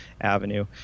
Avenue